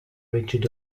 rigid